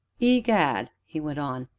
egad! he went on,